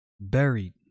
buried